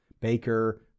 Baker